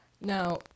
Now